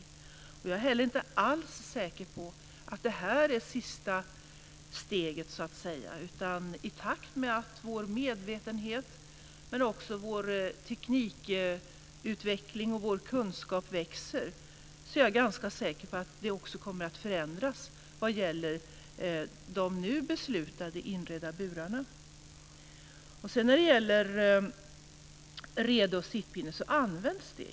Jag är inte heller alls säker på att det här är sista steget, utan i takt med vår ökade medvetenhet och vår teknikutveckling och i takt med att vår kunskap växer kommer det - detta är jag ganska säker på - att bli en förändring vad gäller de nu beslutade inredda burarna. Rede och sittpinne används.